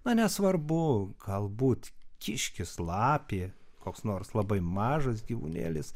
na nesvarbu galbūt kiškis lapė koks nors labai mažas gyvūnėlis